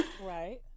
Right